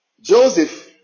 Joseph